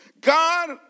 God